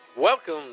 Welcome